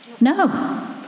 No